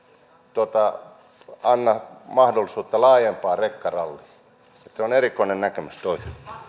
ei anna mahdollisuutta laajempaan rekkaralliin on erikoinen näkemys tuo